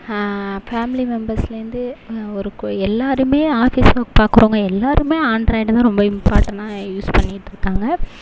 family மெம்பர்ஸ்லேருந்து ஒரு எல்லோருமே ஆஃபீஸ் ஒர்க் பாக்கிறவுங்க எல்லோருமே ஆண்ட்ராய்ட் தான் ரொம்ப இம்ப்பார்ட்டனா யூஸ் பண்ணிகிட்ருக்காங்க